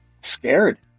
scared